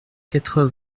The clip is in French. quatre